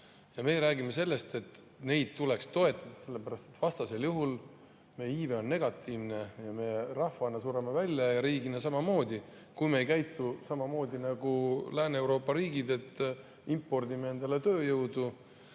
Me räägime sellest, et neid tuleks toetada, sellepärast et vastasel juhul meie iive on negatiivne ja me rahvana sureme välja ja riigina samamoodi, kui me ei käitu samamoodi nagu Lääne‑Euroopa riigid, et impordime endale tööjõudu